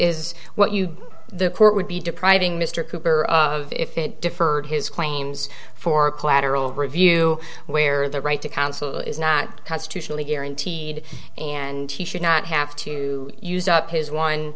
is what you the court would be depriving mr cooper of if it deferred his claims for collateral review where the right to counsel is not constitutionally guaranteed and he should not have to use up his